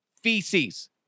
feces